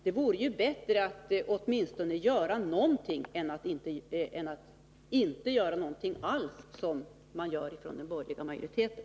Det vore ju bättre att åtminstone göra någonting än att inte göra någonting alls som den borgerliga majoriteten.